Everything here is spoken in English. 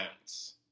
bounce